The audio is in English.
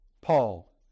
Paul